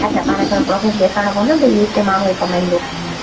अछा पाण खे प्रूफ़ ॾेखारिणो पवंदो भई की हीउ माण्हू कमाईंदो की